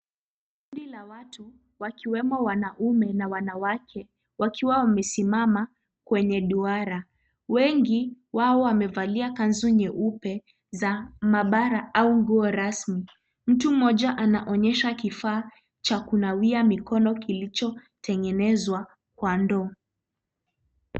Kundi la watu wakiwemo wanaume na wanawake wakiwa wamesimama kwenye duara. Wengi wao wamevalia kanzu nyeupe za maabara au nguo rasmi. Mtu mmoja anaonyesha kifaa cha kunawia mikono kilichotengenezwa kwa ndoo.